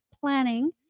planning